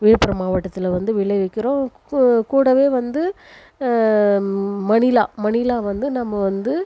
விழுப்புரம் மாவட்டத்தில் வந்து விளைவிக்கிறோம் கூடவே வந்து மணிலா மணிலா வந்து நம்ம வந்து